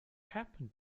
happened